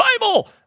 Bible